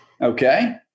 okay